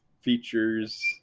features